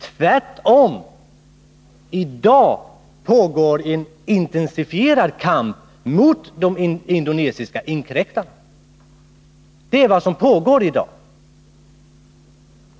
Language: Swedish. Tvärtom pågår i dag en intensifierad kamp mot de indonesiska inkräktarna. Det är vad som sker i dag.